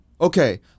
Okay